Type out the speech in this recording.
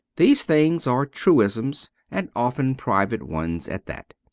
these things are truisms and often private ones at that.